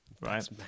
Right